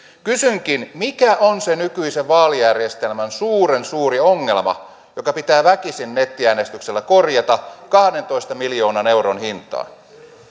kysynkin mikä on se nykyisen vaalijärjestelmän suuren suuri ongelma joka pitää väkisin nettiäänestyksellä korjata kahdentoista miljoonan euron hintaan